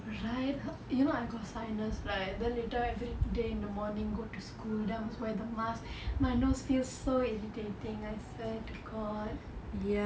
right like you know I got sinus right then later every day in the morning go to school then I must wear the mask my nose feel so irritating I swear to god